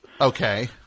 Okay